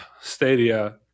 Stadia